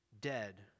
dead